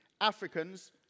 Africans